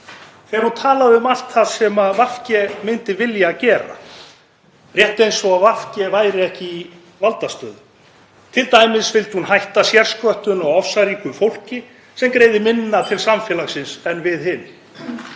VG nýlega um allt það sem VG myndi vilja gera, rétt eins og VG væri ekki í valdastöðu. Til dæmis vildi hún hætta sérsköttun á ofsaríku fólki sem greiðir minna til samfélagsins en við hin.